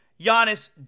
Giannis